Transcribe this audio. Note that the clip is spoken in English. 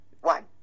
one